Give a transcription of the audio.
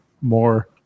more